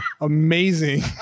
amazing